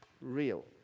real